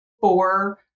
four